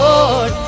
Lord